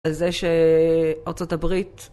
על זה שארצות הברית